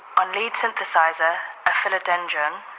on lead synthesizer, a philodendron